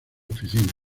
oficina